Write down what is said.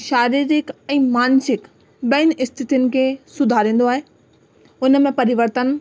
शारीरिक ऐं मानसिक ॿईनि स्थिति खे सुधारींदो आहे हुनमें परवर्तनु